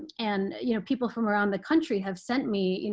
and you know people from around the country have sent me you know